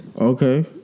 Okay